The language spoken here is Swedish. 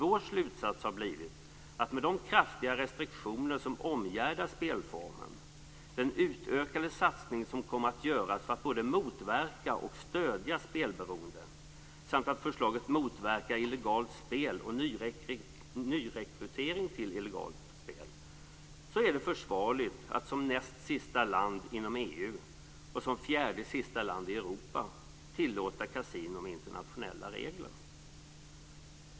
Vår slutsats har blivit att med de kraftiga restriktioner som omgärdar spelformen, med den utökade satsning som kommer att göras för att både motverka och stödja spelberoende samt detta med att förslaget motverkar illegalt spel och nyrekrytering till illegalt spel, är det försvarligt att som näst sista land inom EU och som fjärde sista land i Europa tillåta kasinon med internationella regler.